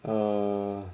err